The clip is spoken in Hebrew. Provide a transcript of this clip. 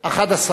נתקבלו.